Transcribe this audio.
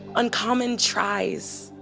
uncommon tries.